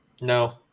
No